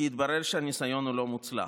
כי התברר שהניסיון לא מוצלח.